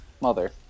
mother